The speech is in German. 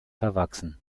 verwachsen